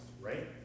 right